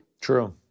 True